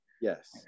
yes